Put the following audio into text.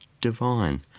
divine